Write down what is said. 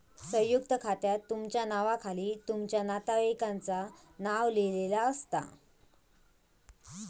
संयुक्त खात्यात तुमच्या नावाखाली तुमच्या नातेवाईकांचा नाव लिहिलेला असता